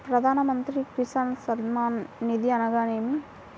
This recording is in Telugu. ప్రధాన మంత్రి కిసాన్ సన్మాన్ నిధి అనగా ఏమి?